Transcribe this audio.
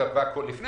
לפני